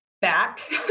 back